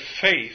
faith